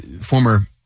Former